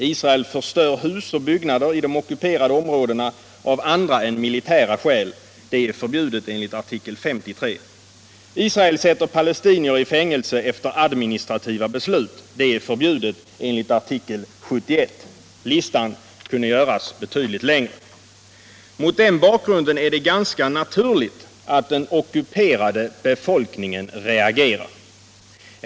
Israel förstör hus och byggnader i de ockuperade områdena av andra än militära skäl. Det är förbjudet enligt artikel 53. Israel sätter palestinier i fängelse efter administrativa beslut. Det är förbjudet enligt artikel 71. Listan kunde göras betydligt längre. Mot den bakgrunden är det ganska naturligt att den ockuperade befolkningen reagerar.